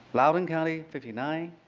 loudoun county fifty nine,